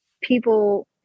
people